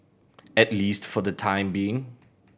at least for the time being